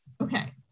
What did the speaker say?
Okay